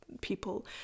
people